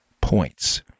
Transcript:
points